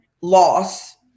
loss